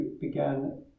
began